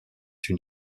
une